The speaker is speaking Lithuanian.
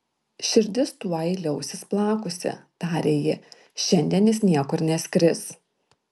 širdis tuoj liausis plakusi tarė ji šiandien jis niekur neskris